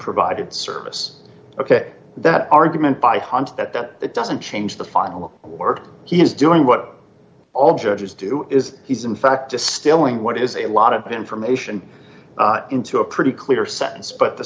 provided service ok that argument by hunch that that doesn't change the final word he's doing what all judges do is he's in fact distilling what is a lot of information into a pretty clear sentence but the